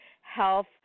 health